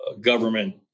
government